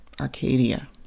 Arcadia